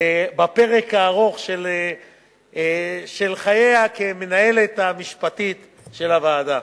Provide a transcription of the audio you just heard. בפרק הארוך של חייה כיועצת המשפטית של הוועדה.